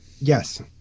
Yes